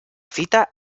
cita